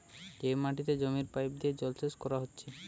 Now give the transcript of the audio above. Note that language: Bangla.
যে মাটিতে জমির পাইপ দিয়ে জলসেচ কোরা হচ্ছে